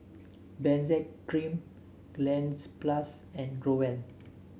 Benzac Cream Cleanz Plus and Growell